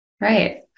Right